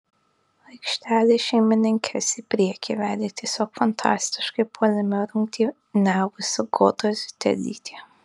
aikštelės šeimininkes į priekį vedė tiesiog fantastiškai puolime rungtyniavusi goda ziutelytė